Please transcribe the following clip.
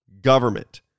government